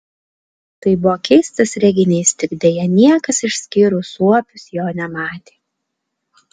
tai buvo keistas reginys tik deja niekas išskyrus suopius jo nematė